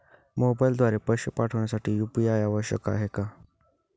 मोबाईलद्वारे पैसे पाठवण्यासाठी यू.पी.आय आवश्यक आहे का?